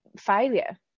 failure